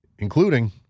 including